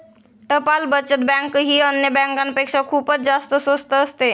टपाल बचत बँक ही अन्य बँकांपेक्षा खूपच जास्त स्वस्त असते